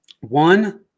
One